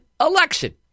election